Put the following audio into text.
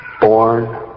born